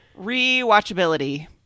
Rewatchability